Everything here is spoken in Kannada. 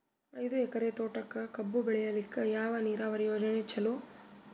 ಐದು ಎಕರೆ ತೋಟಕ ಕಬ್ಬು ಬೆಳೆಯಲಿಕ ಯಾವ ನೀರಾವರಿ ಯೋಜನೆ ಚಲೋ?